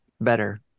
better